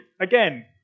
Again